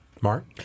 Mark